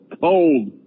cold